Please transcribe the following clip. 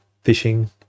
fishing